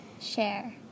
share